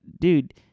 dude